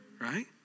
right